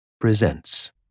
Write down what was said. presents